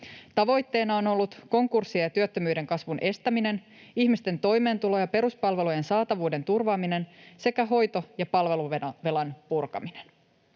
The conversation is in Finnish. Tavoitteena on ollut konkurssien ja työttömyyden kasvun estäminen, ihmisten toimeentulon ja peruspalvelujen saatavuuden turvaaminen sekä hoito- ja palveluvelan purkaminen.